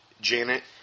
Janet